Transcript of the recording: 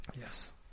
Yes